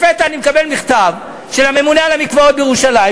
לפתע אני מקבל מכתב של הממונה על המקוואות בירושלים,